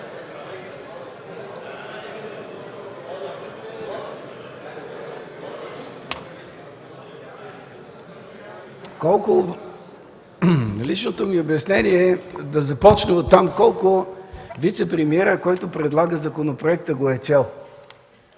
колко вицепремиерът, който предлага законопроекта, го е чел